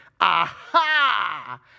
aha